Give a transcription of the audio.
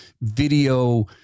video